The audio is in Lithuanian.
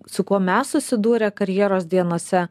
su kuo mes susidūrę karjeros dienose